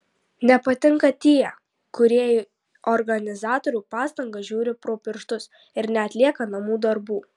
nepatinka tie kurie į organizatorių pastangas žiūri pro pirštus ir neatlieka namų darbų